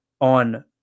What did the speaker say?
On